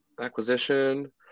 Acquisition